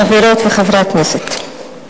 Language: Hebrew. חברות וחברי הכנסת,